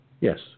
Yes